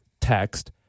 text